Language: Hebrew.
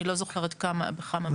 אני לא זוכרת בכמה מבנים מדובר.